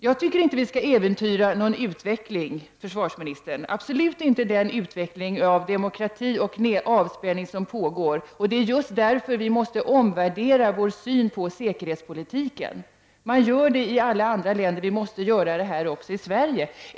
Jag tycker inte att vi skall äventyra någon utveckling, försvarsministern, och absolut inte den utveckling av demokrati och avspänning som pågår. Det är just därför som vi i Sverige måste omvärdera vår syn på säkerhetspolitiken. Det görs i alla andra länder, och det måste även vi i Sverige göra.